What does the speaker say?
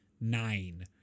nine